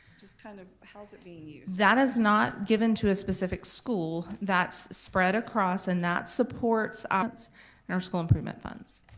just kind of how is it being used? that is not given to a specific school. that's spread across and that supports ah and our school improvement funds.